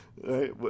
right